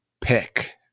pick